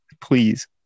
Please